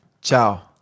ciao